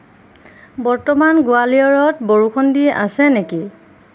বৰ্তমান গোৱালিয়ৰত বৰষুণ দি আছে নেকি